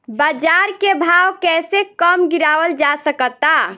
बाज़ार के भाव कैसे कम गीरावल जा सकता?